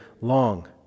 long